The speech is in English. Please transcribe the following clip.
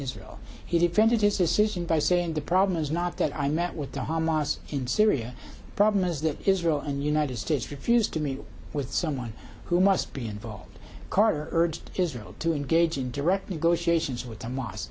israel he defended his decision by saying the problem is not that i met with the hamas in syria problem is that israel and the united states refused to meet with someone who must be involved carter urged israel to engage in direct negotiations with